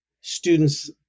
students